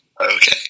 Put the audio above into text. Okay